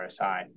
RSI